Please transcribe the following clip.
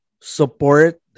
support